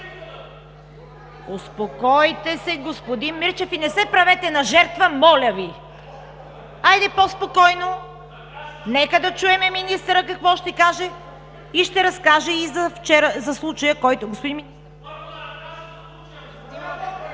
Успокойте се, господин Мирчев, и не се правете на жертва, моля Ви! Хайде по-спокойно! Нека да чуем министърът какво ще каже, ще разкаже и за случая, който… (Реплики